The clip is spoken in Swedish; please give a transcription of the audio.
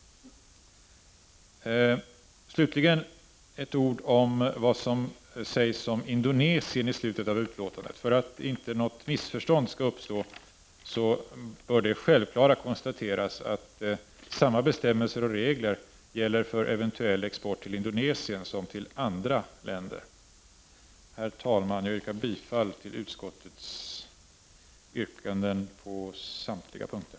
Slutligen vill jag nämna något om vad som sägs om Indonesien i slutet av utskottets betänkande. För att inte något missförstånd skall uppstå bör det självklara konstateras, nämligen att samma bestämmelser och regler gäller för eventuell export till Indonesien som för export till andra länder. Herr talman! Jag yrkar bifall till utskottets hemställan på samtliga punkter.